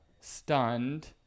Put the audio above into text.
stunned